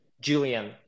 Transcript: Julian